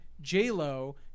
J-Lo